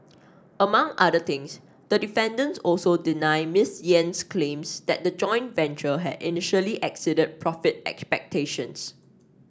among other things the defendants also deny Ms Yen's claims that the joint venture had initially exceeded profit expectations